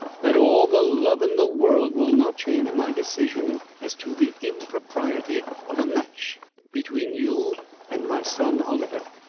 that all the love in the world will not change my decision as to the impropriety of a match between you and my son oliver.